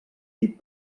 dir